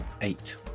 eight